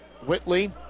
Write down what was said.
Whitley